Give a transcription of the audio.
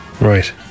Right